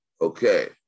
Okay